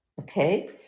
Okay